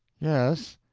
yes?